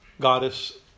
goddess